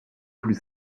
plus